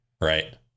right